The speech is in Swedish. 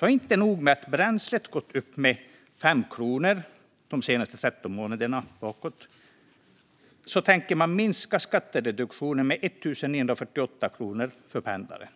Det är inte nog med att bränslet gått upp nästan 5 kronor de senaste 13 månaderna. Man tänker minska skattereduktionen med 1 948 kronor för pendlaren.